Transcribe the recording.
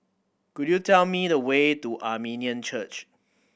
could you tell me the way to Armenian Church